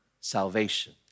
salvation